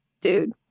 Dude